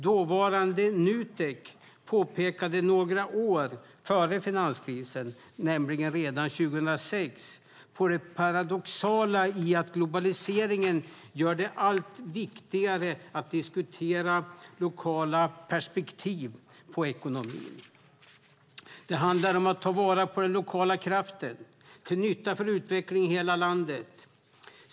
Dåvarande Nutek pekade några år före finanskrisen, nämligen 2006, på det paradoxala i att globaliseringen gör det allt viktigare att diskutera lokala perspektiv på ekonomin. Det handlar om att ta vara på den lokala kraften till nytta för utveckling i hela landet.